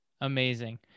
Amazing